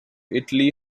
italy